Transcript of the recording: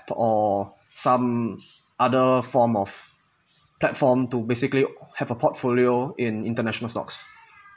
or some other form of platform to basically have a portfolio in international stocks